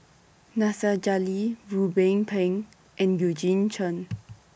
Nasir Jalil Ruben Pang and Eugene Chen